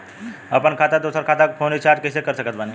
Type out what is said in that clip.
हम अपना खाता से दोसरा कोई के फोन रीचार्ज कइसे कर सकत बानी?